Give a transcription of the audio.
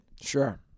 Sure